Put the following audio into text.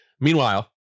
meanwhile